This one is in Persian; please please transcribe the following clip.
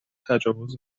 تجاوز